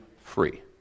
free